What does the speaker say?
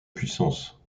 puissance